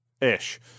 ish